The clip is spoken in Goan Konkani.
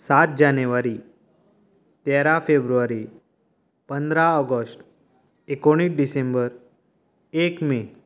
सात जानेवारी तेरा फेब्रुवारी पंदरा ऑगस्ट एकोणीस डिसेंबर एक मे